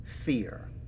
Fear